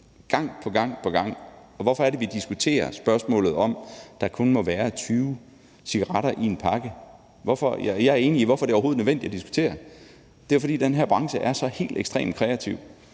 afhængigheden skal ned. Og hvorfor er det, vi diskuterer spørgsmålet om, om der kun må være 20 cigaretter i en pakke? Jeg er enig i, at man kan spørge, hvorfor det overhovedet er nødvendigt at diskutere det, men det er jo, fordi den her branche er så helt ekstremt kreativ.